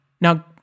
now